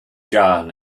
john